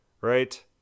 Right